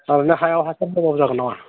ओरैनो हायाव हासार होआब्लाबो नामा